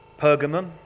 Pergamum